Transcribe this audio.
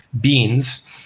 beans